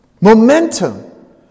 Momentum